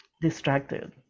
distracted